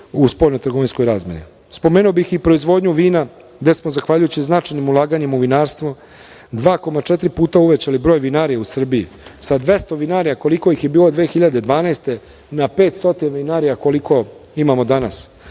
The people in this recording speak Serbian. u spoljnotrgovinskoj razmeni. Spomenuo bih i proizvodnju vina, gde smo zahvaljujući značajnim ulaganjima u vinarstvo 2,4 puta uvećali broj vinarija u Srbiji, sa 200 vinarija, koliko ih je bilo 2012. godine, na 500 vinarija, koliko imamo danas.